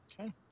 Okay